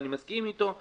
אני מסכים אתו,